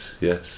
yes